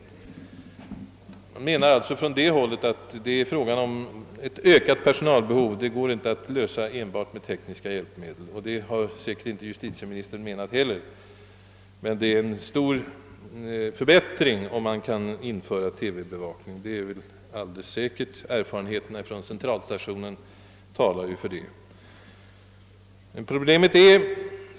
Man menar alltså även från det hållet att det verkligt väsentliga är en ökad personaltillgång. Problemet går inte att lösa enbart med tekniska hjälpmedel. Det har säkerligen inte heller justitieministern menat. Men nog skulle det betyda en stor förbättring om man också kunde införa TV bevakning. Erfarenheterna från Centralstationen talar för det.